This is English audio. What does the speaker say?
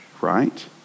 Right